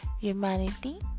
Humanity